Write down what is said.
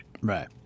Right